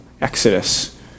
exodus